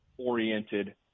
oriented